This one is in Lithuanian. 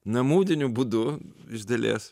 namudiniu būdu iš dalies